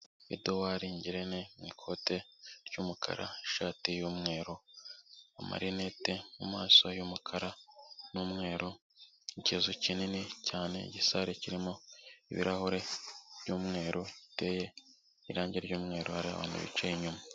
Eduwari Ngirente mu ikote ry'umukara, ishati y'umweru, amarinete mu maso y'umukara n'umweru, ikizu kinini cyane, igisare kirimo ibirahure by'umweru biteye irangi ry'umweru, hari abantu bicaye inyuma.